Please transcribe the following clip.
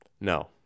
no